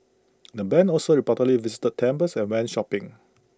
the Band also reportedly visited temples and went shopping